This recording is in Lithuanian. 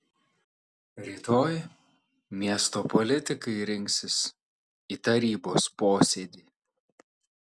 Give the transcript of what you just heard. rytoj miesto politikai rinksis į tarybos posėdį